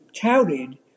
touted